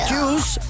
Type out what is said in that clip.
Juice